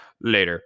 later